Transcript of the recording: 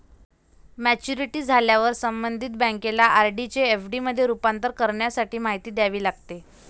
maturity झाल्यावर संबंधित बँकेला आर.डी चे एफ.डी मध्ये रूपांतर करण्यासाठी माहिती द्यावी लागते